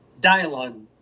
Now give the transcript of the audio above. dialogue